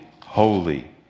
holy